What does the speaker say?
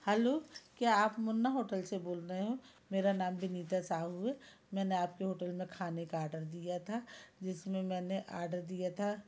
hello क्या आप Munna hotel से बोल रहे हैं मेरा नाम विनीता साहू है मैंने आपके होटल में खाने का ऑर्डर दिया था जिस में मैंने ऑर्डर दिया था